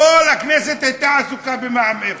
כל הכנסת הייתה עסוקה במע"מ אפס.